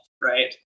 Right